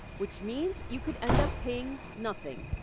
which means you could end up paying nothing.